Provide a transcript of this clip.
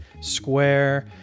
Square